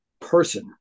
person